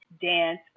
dance